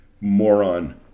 moron